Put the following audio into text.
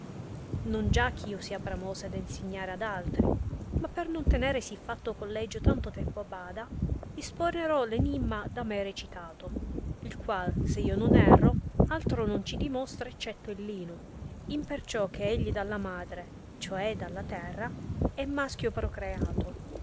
non già eh io sia bramosa d ensignare ad altri ma per non tenere sì fatto collegio tanto tempo a bada disporre enimma da me recitato il qual se io non erro altro non ci dimostra eccetto il lino imperciò che egli dalla madre ciò è dalla terra è maschio procreato